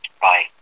Bye